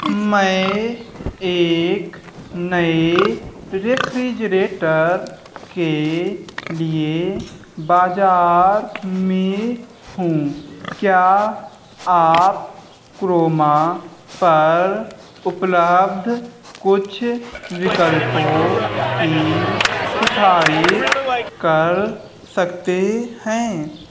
मैं एक नए रेफ्रिजरेटर के लिए बाज़ार में हूँ क्या आप क्रोमा पर उपलब्ध कुछ विकल्पों की सिफ़ारिश कर सकते हैं